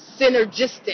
synergistic